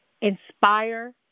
inspire